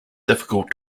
difficult